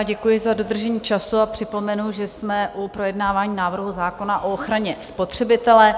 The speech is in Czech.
Děkuji za dodržení času a připomenu, že jsme u projednávání návrhu zákona o ochraně spotřebitele.